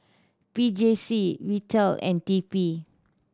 P J C Vital and T P